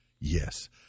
yes